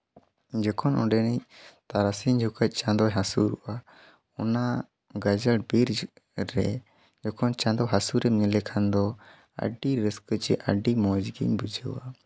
ᱡᱚᱠᱷᱚᱱ ᱚᱸᱰᱮᱱᱤᱡ ᱛᱟᱨᱟᱥᱤᱧ ᱡᱚᱠᱷᱚᱡ ᱪᱟᱸᱫᱚᱭ ᱦᱟᱹᱥᱩᱨᱚᱜᱼᱟ ᱚᱱᱟ ᱜᱟᱡᱟᱲ ᱵᱤᱨ ᱨᱮ ᱡᱚᱠᱷᱚᱱ ᱪᱟᱸᱫᱚ ᱦᱟᱹᱥᱩᱨᱮᱢ ᱧᱮᱞᱮᱠᱷᱟᱱ ᱫᱚ ᱟᱹᱰᱤ ᱨᱟᱹᱥᱠᱟᱹ ᱪᱮ ᱟᱹᱰᱤ ᱢᱚᱡᱽ ᱜᱮᱧ ᱵᱩᱡᱷᱟᱹᱣᱟ